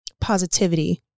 positivity